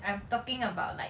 I'm talking about like